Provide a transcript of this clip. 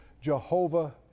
Jehovah